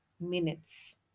minutes